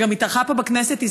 שגם התארחה פה בכנסת.